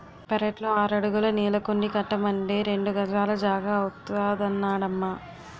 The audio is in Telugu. పెరట్లో ఆరడుగుల నీళ్ళకుండీ కట్టమంటే రెండు గజాల జాగా అవుతాదన్నడమ్మా